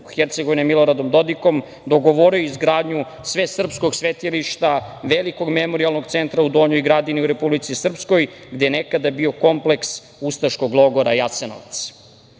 BiH Miloradom Dodikom, dogovorio izgradnju svesrpskog svetilišta, velikog memorijalnog centra u Donjoj Gradini u Republici Srpskoj gde je nekada bio kompleks ustaškog logora Jasenovac. Radujemo